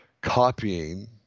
copying